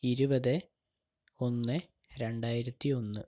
ഇരുപത് ഒന്ന് രണ്ടായിരത്തി ഒന്ന്